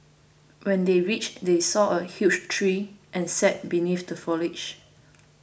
when they reached they saw a huge tree and sat beneath the foliage